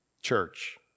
Church